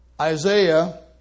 Isaiah